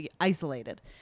isolated